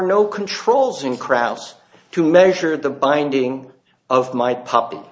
no controls in crowds to measure the binding of my puppy